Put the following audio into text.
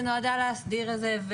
שנועדה להסדיר את זה.